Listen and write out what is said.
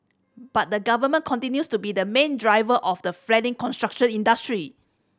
but the Government continues to be the main driver of the flagging construction industry